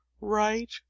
right